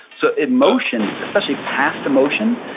so emotion, especially past emotion,